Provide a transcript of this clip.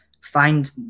find